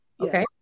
Okay